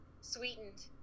sweetened